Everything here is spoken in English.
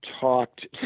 talked